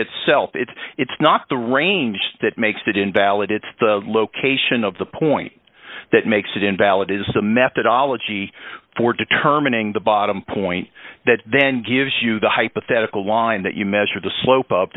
itself it's it's not the range that makes it invalid it's the location of the point that makes it invalid is a methodology for determining the bottom point that then gives you the hypothetical line that you measure the slope up